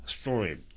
story